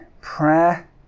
prayer